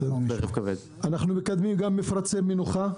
אנחנו מקדמים גם מפרצי מנוחה,